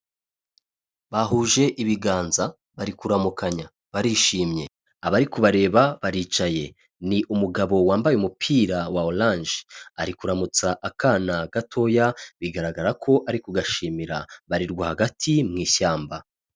Bahuje ibiganza, bari kuramukanya; barishimye. Abari kubareba baricaye. Ni umugabo wambaye umupira wa oranje, ari kuramutsa akana gatoya, bigaragara ko ari kugashimira; bari rwagati mu ishyamba.